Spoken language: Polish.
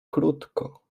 krótko